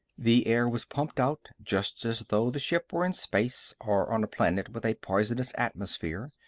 the air was pumped out, just as though the ship were in space or on a planet with a poisonous atmosphere.